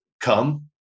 come